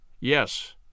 Yes